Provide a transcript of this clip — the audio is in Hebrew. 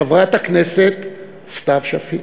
חברת הכנסת סתיו שפיר.